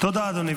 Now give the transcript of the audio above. תודה, אדוני.